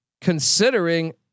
considering